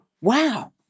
wow